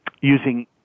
using